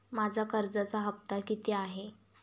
माझा कर्जाचा हफ्ता किती आहे?